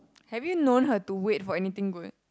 have you known her to wait for anything good